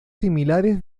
similares